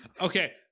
Okay